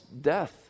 death